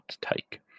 take